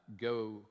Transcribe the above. go